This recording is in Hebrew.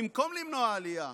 במקום למנוע עלייה.